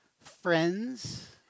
friends